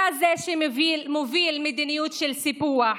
אתה זה שמוביל מדיניות של סיפוח,